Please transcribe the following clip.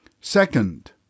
Second